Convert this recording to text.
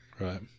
Right